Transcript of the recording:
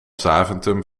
zaventem